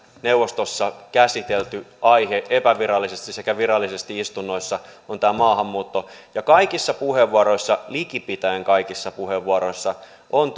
neuvostossa käsitelty aihe epävirallisesti sekä virallisesti istunnoissa on tämä maahanmuutto ja kaikissa puheenvuoroissa likipitäen kaikissa puheenvuoroissa on